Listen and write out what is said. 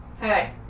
hey